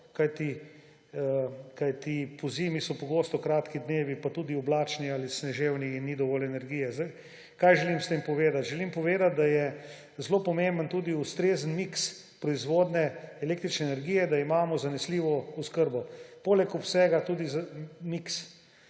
kajti pozimi so pogosto kratki dnevi, tudi oblačni ali snežni in ni dovolj energije. Kaj želim s tem povedati? Želim povedati, da je zelo pomemben tudi ustrezen miks proizvodnje električne energije, da imamo zanesljivo oskrbo; poleg obsega tudi miks.